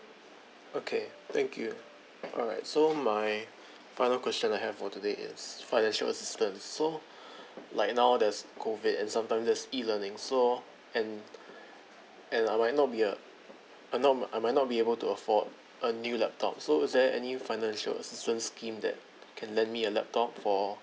okay thank you alright so my final question I have for today is financial assistance so like now there's COVID and sometimes there's e learning so and and I might not be uh I'm not I might not be able to afford a new laptop so is there any financial assistance scheme that can lend me a laptop for